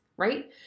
Right